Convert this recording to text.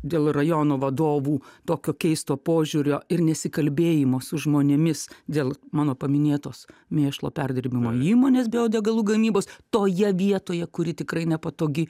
dėl rajono vadovų tokio keisto požiūrio ir nesikalbėjimo su žmonėmis dėl mano paminėtos mėšlo perdirbimo įmonės biodegalų gamybos toje vietoje kuri tikrai nepatogi